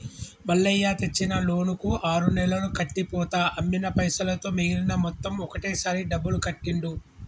మల్లయ్య తెచ్చిన లోన్ కు ఆరు నెలలు కట్టి పోతా అమ్మిన పైసలతో మిగిలిన మొత్తం ఒకటే సారి డబ్బులు కట్టిండు